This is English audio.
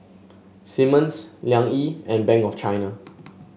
Simmons Liang Yi and Bank of China